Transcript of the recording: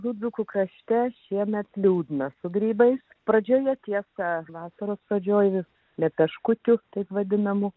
gudukų krašte šiemet liūdna su grybais pradžioje tiesa vasaros pradžioje vis ne kažkokiu taip vadinamų